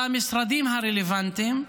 במשרדים הרלוונטיים,